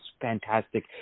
fantastic